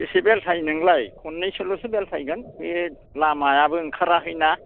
बेसे बेलथायनो नोंलाय खननैसोल' सो बेलथायगोन बे लामायाबो ओंखाराखैना